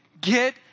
get